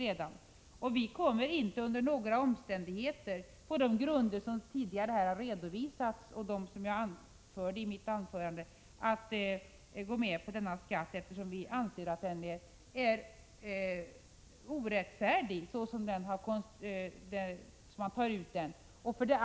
Centerpartiet kommer inte under några omständigheter att, på de grunder som tidigare redovisats och som jag angav i mitt huvudanförande, gå med på denna skatt, eftersom vi anser att en skatt som tas ut på detta sätt är orättfärdig.